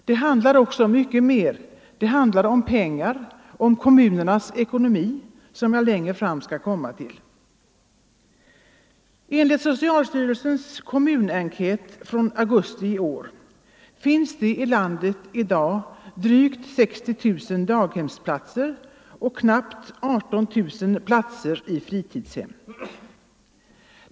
Det handlar om mycket mer —- det handlar om pengar, om kommunernas ekonomi, som jag längre fram skall komma till. Enligt socialstyrelsens kommunenkät från augusti i år finns det i landet i dag drygt 60 000 daghemsplatser och knappt 18 000 platser i fritidshem.